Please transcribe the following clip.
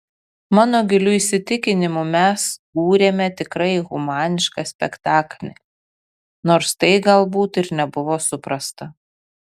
mano giliu įsitikinimu mes kūrėme tikrai humanišką spektaklį nors tai galbūt ir nebuvo suprasta